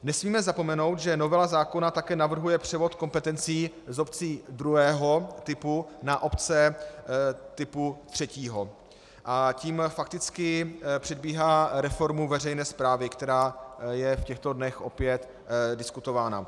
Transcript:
Nesmíme zapomenout, že novela zákona také navrhuje převod kompetencí z obcí druhého typu na obce typu třetího, a tím fakticky předbíhá reformu veřejné správy, která je v těchto dnech opět diskutována.